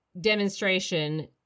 demonstration